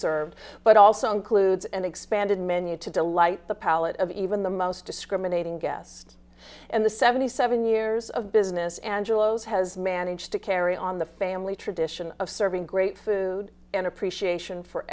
served but also includes an expanded menu to delight the palate of even the most discriminating guest in the seventy seven years of business angelos has managed to carry on the family tradition of serving great food and appreciation for